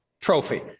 trophy